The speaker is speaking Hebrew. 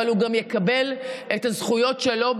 אבל הוא גם יקבל את הזכויות שלו,